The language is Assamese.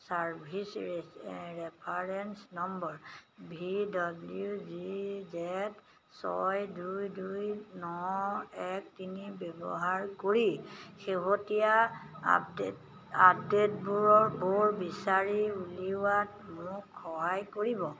service reference number V W G Z ছয় দুই দুই ন এক তিনি ব্যৱহাৰ কৰি শেহতীয়া আপডেট আপডে'টবোৰৰ বোৰ বিচাৰি উলিওৱাত মোক সহায় কৰিব